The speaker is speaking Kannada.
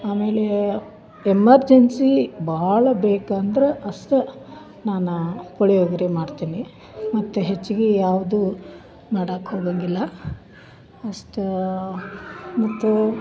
ಆಮೇಲೆ ಎಮರ್ಜೆನ್ಸಿ ಭಾಳ ಬೇಕಂದ್ರೆ ಅಷ್ಟು ನಾನಾ ಪುಳಿಯೋಗರೆ ಮಾಡ್ತೀನಿ ಮತ್ತು ಹೆಚ್ಗಿ ಯಾವುದು ಮಾಡಾಕೆ ಹೋಗಂಗಿಲ್ಲ ಅಷ್ಟೆ ಮತ್ತು